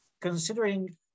Considering